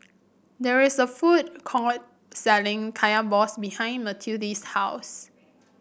there is a food court selling Kaya Balls behind Matilde's house